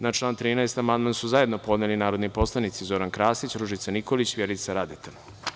Na član 13. amandman su zajedno podneli narodni poslanici Zoran Krasić, Ružica Nikolić i Vjerica Radeta.